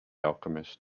alchemist